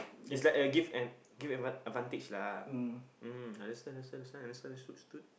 it's like a give an give one advantage lah mm understand understand understand understood stood